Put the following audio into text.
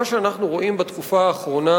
מה שאנחנו רואים בתקופה האחרונה,